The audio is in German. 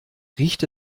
riecht